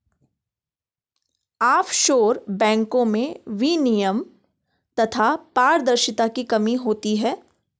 offshore बैंको में विनियमन तथा पारदर्शिता की कमी होती है